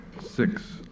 Six